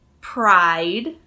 pride